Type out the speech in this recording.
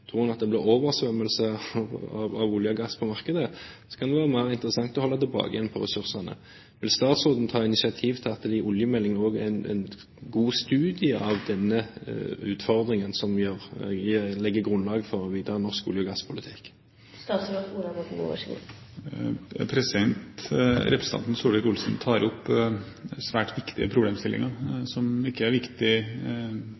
tror han det blir oversvømmelse av olje og gass på markedet, kan det være mer interessant å holde tilbake på ressursene. Vil statsråden ta initiativ til at det i oljemeldingen også blir en god studie av denne utfordringen som legger grunnlaget for videre norsk olje- og gasspolitikk?